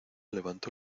levantó